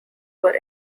were